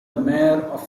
mare